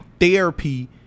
therapy